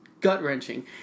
gut-wrenching